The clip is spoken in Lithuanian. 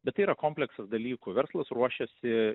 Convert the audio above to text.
bet tai yra kompleksas dalykų verslas ruošiasi